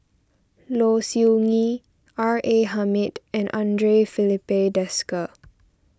Low Siew Nghee R A Hamid and andre Filipe Desker